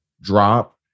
drop